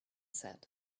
said